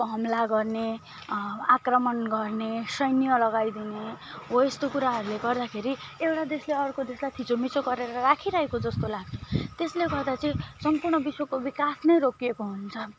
हमला गर्ने आक्रमण गर्ने सैन्य लगाइदिने हो यस्तो कुराहरूले गर्दाखेरि एउटा देशले अर्को देशलाई थिचोमिचो गरेर राखिरहेको जस्तो लाग्छ त्यसले गर्दा चाहिँ सम्पूर्ण विश्वको विकास नै रोकिएको हुन्छ